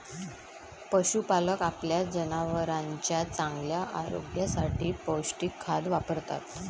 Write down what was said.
पशुपालक आपल्या जनावरांच्या चांगल्या आरोग्यासाठी पौष्टिक खाद्य वापरतात